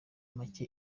make